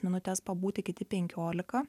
minutes pabūti kiti penkiolika